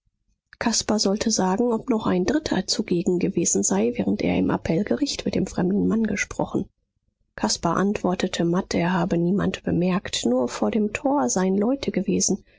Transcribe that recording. caspar sollte sagen ob noch ein dritter zugegen gewesen sei während er im appellgericht mit dem fremden mann gesprochen caspar antwortete matt er habe niemand bemerkt nur vor dem tor seien leute gewesen